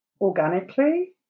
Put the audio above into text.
organically